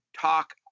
talk